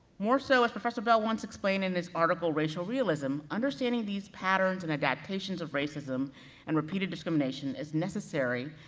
more so, as professor bell once explained in his article, racial realism, understanding these patterns and adaptations of racism and repeated discrimination is necessary,